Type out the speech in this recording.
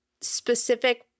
specific